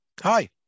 Hi